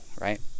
right